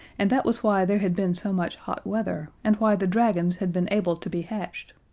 and that was why there had been so much hot weather, and why the dragons had been able to be hatched.